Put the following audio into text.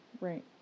Right